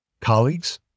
colleagues